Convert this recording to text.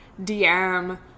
DM